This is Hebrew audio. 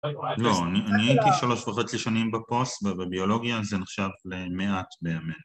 לא, אני הייתי שלוש וחצי שנים בפוסט בביולוגיה, זה נחשב למעט בימינו